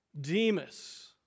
Demas